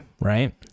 right